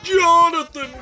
Jonathan